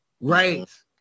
Right